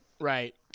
Right